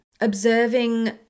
Observing